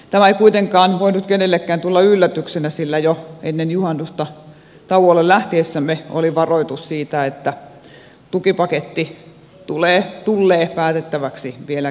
tämä ei kuitenkaan voinut kenellekään tulla yllätyksenä sillä jo ennen juhannusta tauolle lähtiessämme oli varoitus siitä että tukipaketti tullee päätettäväksi vielä kesän aikana